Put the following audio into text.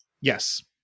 yes